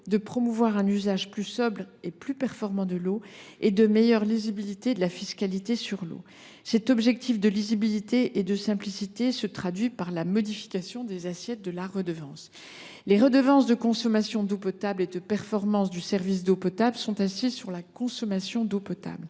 de promouvoir un usage plus sobre et plus performant de cette ressource et d’améliorer la lisibilité de la fiscalité y afférente. Cet objectif de lisibilité et de simplicité se traduit par la modification des assiettes de la redevance. Les redevances de consommation d’eau potable et de performance du service d’eau potable sont assises sur la consommation ; la